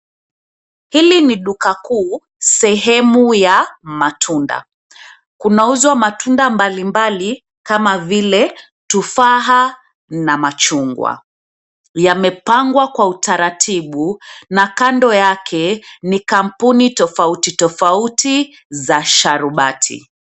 Hili ni duka kuu sehemu ya matunda. Kunauzwa matunda mbalimbali kama vile tufaha na machungwa. Yamepangwa kwa utaratibu na kando yake ni kampuni tofauti tofauti za sharubati.